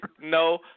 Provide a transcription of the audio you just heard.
no